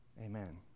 Amen